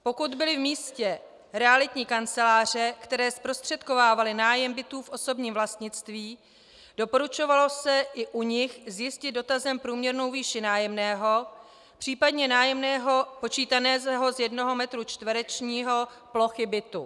Pokud byly v místě realitní kanceláře, které zprostředkovávaly nájem bytů v osobním vlastnictví, doporučovalo se i u nich zjistit dotazem průměrnou výši nájemného, případně nájemného počítaného z jednoho metru čtverečního plochy bytu.